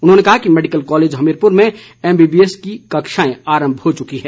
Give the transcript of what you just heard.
उन्होंने कहा कि मैडिकल कॉलेज हमीरपुर में एमबीबीएस की कक्षाएं आरंभ हो चुकी हैं